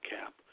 Cap